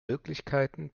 möglichkeiten